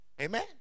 Amen